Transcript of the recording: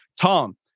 Tom